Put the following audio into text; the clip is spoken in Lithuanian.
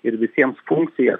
ir visiems funkcija